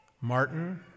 Martin